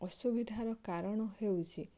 ଅସୁବିଧାର କାରଣ ହେଉଛି